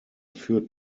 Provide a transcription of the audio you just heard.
führt